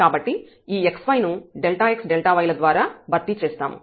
కాబట్టి ఈ xy ను xy ల ద్వారా భర్తీ చేస్తాము